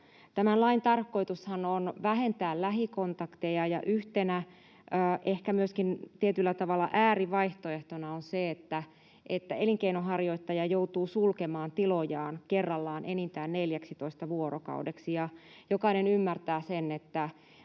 Tämän lain tarkoitushan on vähentää lähikontakteja, ja yhtenä, ehkä myöskin tietyllä tavalla äärivaihtoehtona on se, että elinkeinonharjoittaja joutuu sulkemaan tilojaan kerrallaan enintään 14 vuorokaudeksi. Jokainen ymmärtää sen, että